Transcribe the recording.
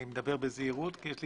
אני מדבר בזהירות כי יש לי